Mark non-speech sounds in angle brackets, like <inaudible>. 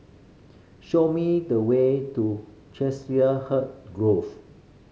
show me the way to <unintelligible> Grove